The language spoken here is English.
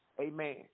Amen